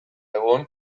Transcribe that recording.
egun